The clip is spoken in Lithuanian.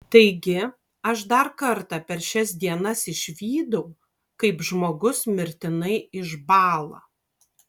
taigi aš dar kartą per šias dienas išvydau kaip žmogus mirtinai išbąla